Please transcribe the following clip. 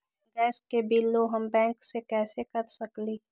Gas के बिलों हम बैंक से कैसे कर सकली?